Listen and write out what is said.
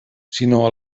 sinó